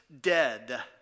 dead